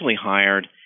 hired